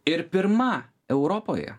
ir pirma europoje